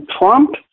Trump